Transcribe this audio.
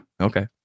Okay